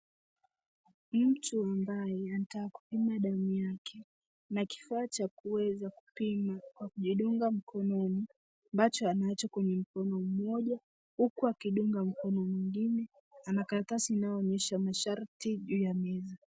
Mtu ambaye anataka kupima damu yake na kifaa cha kuweza kupima kwa kujidunga mkononi ambacho anacho kwenye mkono mmoja huku akidunga mkono mwingine ,ana karatasi inayoonyesha masharti juu ya meza.